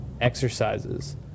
exercises